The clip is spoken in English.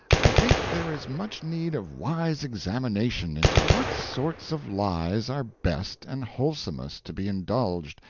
i think there is much need of wise examination into what sorts of lies are best and wholesomest to be indulged,